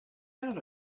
out